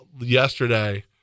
Yesterday